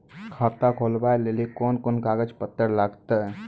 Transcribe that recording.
खाता खोलबाबय लेली कोंन कोंन कागज पत्तर लगतै?